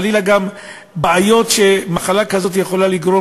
חלילה גם בעיות שמחלה כזאת יכולה לגרום